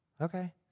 okay